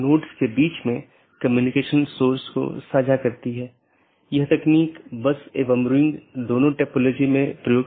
4 जीवित रखें मेसेज यह निर्धारित करता है कि क्या सहकर्मी उपलब्ध हैं या नहीं